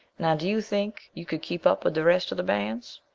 now, do you think you could keep up with the rest of the bands?